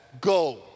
go